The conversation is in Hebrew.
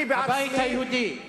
אני עצמי, הבית היהודי.